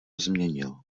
změnil